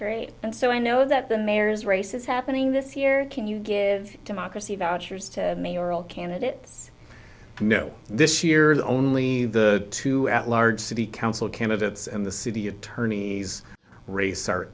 great so i know that the mayor's race is happening this year can you give democracy vouchers to mayoral candidate no this year is only the two at large city council candidates and the city attorney's race